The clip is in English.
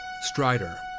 Strider